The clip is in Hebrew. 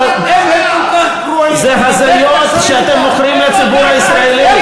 זה הזיות שאתם מוכרים לציבור הישראלי,